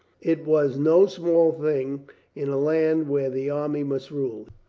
it was no small thing in a land where the army must rule.